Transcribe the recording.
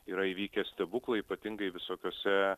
yra įvykę stebuklai ypatingai visokiose